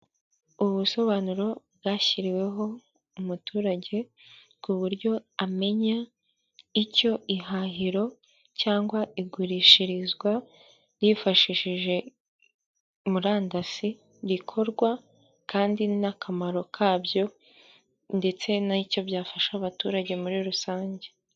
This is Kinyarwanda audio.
Ubusobanuro bwashyiriweho umuturage, ku buryo amenya icyo ihahiro, cyangwa igurishirizwa, yifashishije murandasi rikorwa, kandi n'akamaro kabyo, ndetse n'icyo byafasha abaturage, muri rusange.